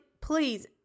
please